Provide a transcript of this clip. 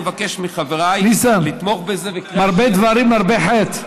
אני מבקש מחבריי לתמוך בזה בקריאה שנייה ושלישית.